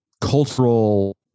cultural